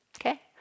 okay